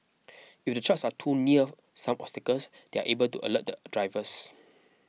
if the trucks are too near some obstacles they are able to alert the drivers